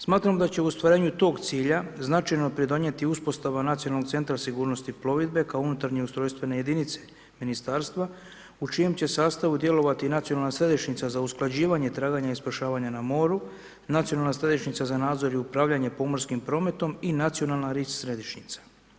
Smatramo da će u ostvarenju tog cilja, značajno pridonijeti uspostava nacionalnog centra sigurnosti plovidbe kao unutarnje ustrojstvene jedinice ministarstva, u čijem će sastavu djelovati i nacionalna središnjica za usklađivanje traganja i spašavanja na moru, nacionalna središnjica za nadzor i upravljanje pomorskim prometom i nacionalna RIZ središnjica.